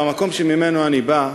במקום שממנו אני בא,